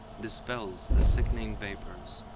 dispels the sickening vapors,